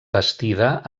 bastida